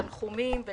תנחומים,